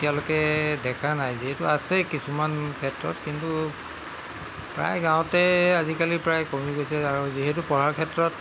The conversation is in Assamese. এতিয়ালৈকে দেখা নাই যিহেতু আছে কিছুমান ক্ষেত্ৰত কিন্তু প্ৰায় গাঁৱতে আজিকালি প্ৰায় কমি গৈছে আৰু যিহেতু পঢ়াৰ ক্ষেত্ৰত